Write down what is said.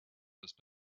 was